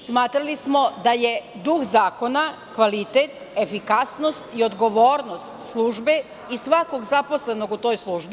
Smatrali smo da je duh zakona kvalitet, efikasnost i odgovornost službe i svakog zaposlenog u toj službi.